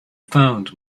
found